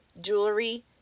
jewelry